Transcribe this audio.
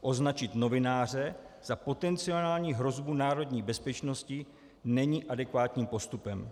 Označit novináře za potenciální hrozbu národní bezpečnosti není adekvátním postupem.